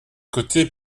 côté